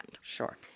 Sure